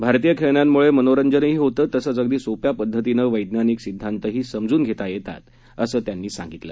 भारतीय खेळण्यांमुळे मनोरंजनही होतं तसंच अगदी सोप्या पद्धतीनं वैज्ञानिक सिद्धान्तांतही समजून घेता येतात असं त्यांनी सांगितलं